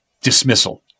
dismissal